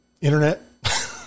Internet